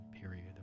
period